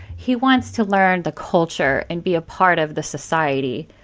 he wants to learn the culture and be a part of the society.